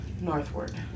northward